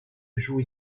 joue